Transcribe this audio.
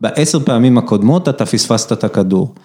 ‫בעשר פעמים הקודמות ‫אתה פספסת את הכדור.